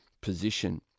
position